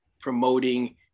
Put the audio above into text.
promoting